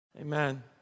Amen